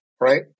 right